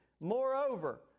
Moreover